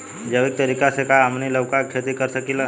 जैविक तरीका से का हमनी लउका के खेती कर सकीला?